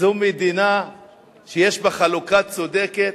זו מדינה שיש בה חלוקה צודקת?